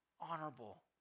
honorable